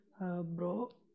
Bro